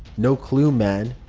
no clue, man.